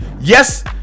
Yes